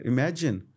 Imagine